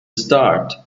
start